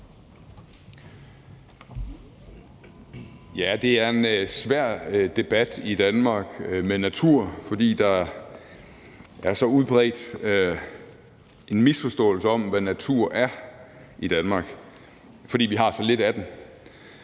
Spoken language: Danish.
natur er en svær debat i Danmark, fordi der er så udbredt en misforståelse om, hvad natur er i Danmark, fordi vi har så lidt af den.